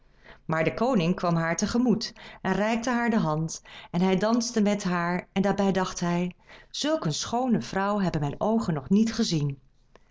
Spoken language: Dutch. maar de koning kwam haar te gemoet en reikte haar de hand en hij danste met haar en daarbij dacht hij zulk een schoone vrouw hebben mijn oogen nog niet gezien